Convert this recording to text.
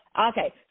Okay